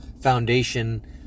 foundation